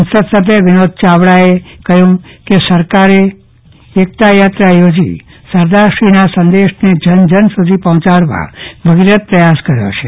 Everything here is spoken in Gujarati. સંસદ સભ્ય વિનોદ ચાવડાએ કહ્યું કે સરકારે એક્તાયાત્રા યોજી સરદારશ્રીના સંદેશને જનજન સુધી પહોચાડવા ભગીરથ પ્રયાસ કર્યો છે